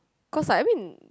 cause like I mean